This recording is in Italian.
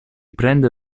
prende